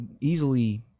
easily